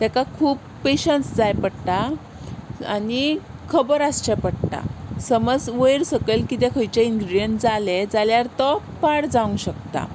ताका खूब पेश्यंस जाय पडटा आनी खबर आसचें पडटा समज वयर सकयल कितें खंयचे इनग्रिडियंट जालें जाल्यार तो पाड जावंक शकता